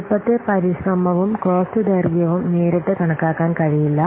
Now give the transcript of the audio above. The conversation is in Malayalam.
വലുപ്പത്തെ പരിശ്രമവും കോസ്റ്റ് ദൈർഘ്യവും നേരിട്ട് കണക്കാക്കാൻ കഴിയില്ല